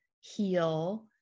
heal